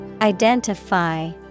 Identify